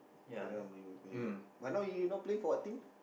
now he not playing for our team